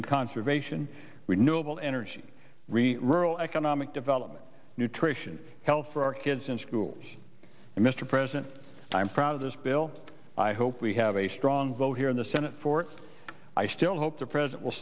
in conservation renewable energy really rural economic development nutrition health for our kids in schools and mr president i'm proud of this bill i hope we have a strong vote here in the senate for i still hope the president will